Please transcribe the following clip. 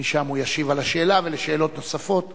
ומשם הוא ישיב על השאלה ועל שאלות נוספות